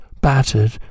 Battered